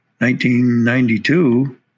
1992